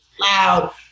Loud